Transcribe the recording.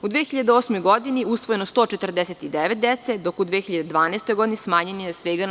U 2008. godini usvojeno je 149 dece, dok u 2012. godini smanjen je na 83 dece.